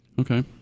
Okay